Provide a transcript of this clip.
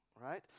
Right